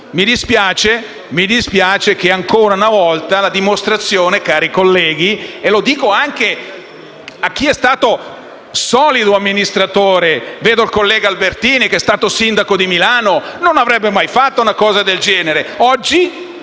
sicuramente con questo tentativo. Mi dispiace, cari colleghi, e lo dico anche a chi è stato solido amministratore. Vedo il collega Albertini, che è stato sindaco di Milano: non avrebbe mai fatto una cosa del genere! Oggi